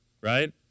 right